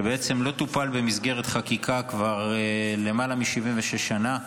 שלא טופל במסגרת חקיקה כבר למעלה מ-76 שנה,